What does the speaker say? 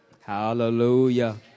Hallelujah